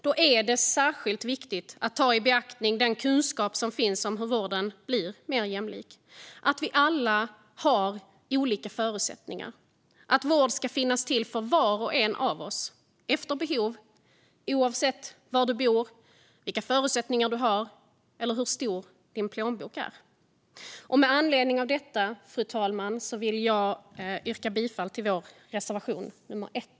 Då är det särskilt viktigt att ta i beaktande den kunskap som finns om hur vården blir mer jämlik, att vi alla har olika förutsättningar och att vård ska finnas till för var och en av oss efter behov, oavsett var du bor, vilka förutsättningar du har eller hur stor din plånbok är. Med anledning av detta, fru talman, vill jag yrka bifall till vår reservation nummer 1.